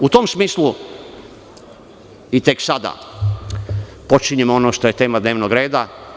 U tom smislu, i tek sada počinjemo ono što je tema dnevnog reda.